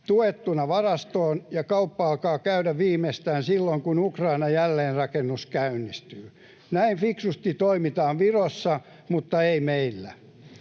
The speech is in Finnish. tuettuna varastoon, ja kauppa alkaa käydä viimeistään silloin, kun Ukrainan jälleenrakennus käynnistyy. Näin fiksusti toimitaan Virossa, mutta ei meillä.